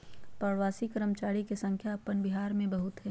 प्रवासी कर्मचारी के संख्या अपन बिहार में बहुत हइ